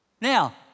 Now